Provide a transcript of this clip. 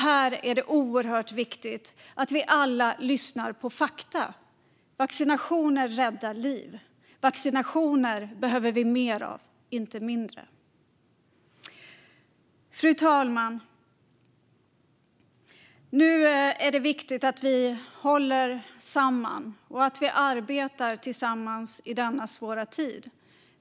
Det är oerhört viktigt att vi alla lyssnar till fakta. Vaccinationer räddar liv. Vi behöver mer av vaccinationer, inte mindre. Fru talman! Det är nu viktigt att vi håller samman och att vi i denna svåra tid arbetar tillsammans.